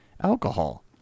alcohol